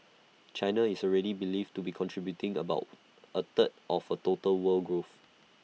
China is already believed to be contributing about A third of total world growth